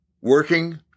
Working